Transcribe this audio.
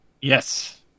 Yes